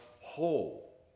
whole